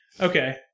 okay